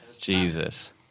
Jesus